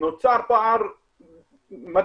נוצר פער מדהים